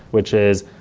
which is,